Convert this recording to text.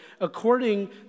according